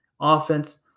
offense